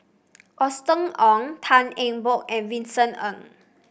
Austen Ong Tan Eng Bock and Vincent Ng